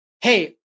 hey